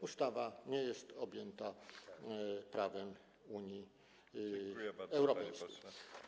Ustawa nie jest objęta prawem Unii Europejskiej.